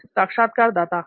साक्षात्कारदाता हां